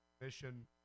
Mission